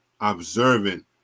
observant